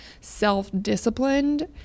self-disciplined